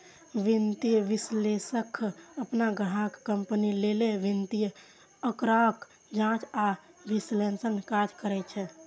वित्तीय विश्लेषक अपन ग्राहक कंपनी लेल वित्तीय आंकड़ाक जांच आ विश्लेषणक काज करै छै